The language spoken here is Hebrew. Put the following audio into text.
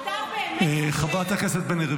--- אתה באמת חושב --- חברת הכנסת בן ארי,